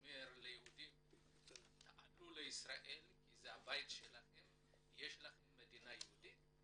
אומר ליהודים "תעלו לישראל כי זה הבית שלכם ויש לכם מדינה יהודית",